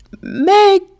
meg